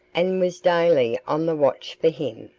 and was daily on the watch for him.